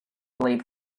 blade